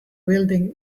building